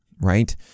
right